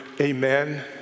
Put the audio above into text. amen